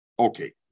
Okay